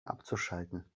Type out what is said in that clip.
abzuschalten